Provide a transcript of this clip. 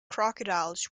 crocodiles